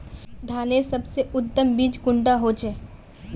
धानेर सबसे उत्तम बीज कुंडा होचए?